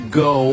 go